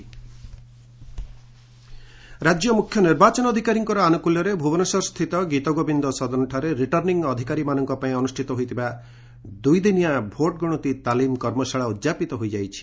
ତାଲିମ କର୍ମଶାଳା ଉଦ୍ଯାପିତ ରାଜ୍ୟ ମୁଖ୍ୟ ନିର୍ବାଚନ ଅଧିକାରୀଙ୍କ ଆନୁକୁଲ୍ୟରେ ଭୁବନେଶ୍ୱରସ୍ଥିତ ଗୀତଗୋବିନ୍ଦ ସଦନଠାରେ ରିଟର୍ଣ୍ଣଙ୍ଗ୍ ଅଧିକାରୀମାନଙ୍କ ପାଇଁ ଅନୁଷ୍ପିତ ହୋଇଥିବା ଦୁଇଦିନିଆ 'ଭୋଟ ଗଣତି ତାଲିମ କର୍ମଶାଳା' ଉଦ୍ଯାପିତ ହୋଇଯାଇଛି